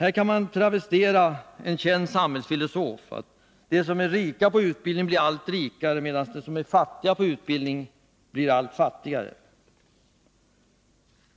Här kan man travestera en känd samhällsfilosof: ”De som är rika på utbildning blir allt rikare, medan de fattiga på utbildning blir allt fattigare.”